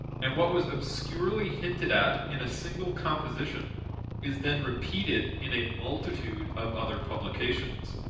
and what was obscurely hinted at in a single composition is then repeated in a multitude of other publications.